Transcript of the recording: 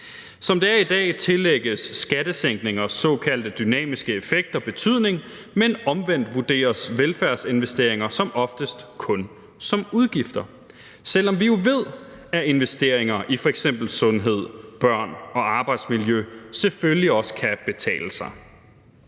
Som det er i dag, tillægges skattesænkningers såkaldte dynamiske effekter betydning, men omvendt vurderes velfærdsinvesteringer som oftest kun som udgifter, selv om vi jo ved, at investeringer i f.eks. sundhed, børn og arbejdsmiljø selvfølgelig også kan betale sig.